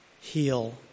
heal